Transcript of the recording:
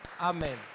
Amen